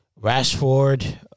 Rashford